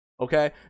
Okay